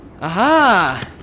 Aha